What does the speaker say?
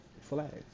Flags